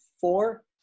four